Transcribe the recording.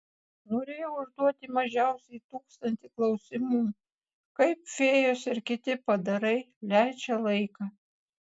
norėjau užduoti mažiausiai tūkstantį klausimų kaip fėjos ir kiti padarai leidžia laiką